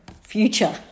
future